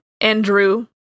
Andrew